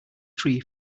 tree